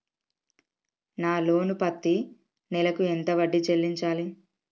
నా లోను పత్తి నెల కు ఎంత వడ్డీ చెల్లించాలి?